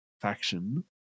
faction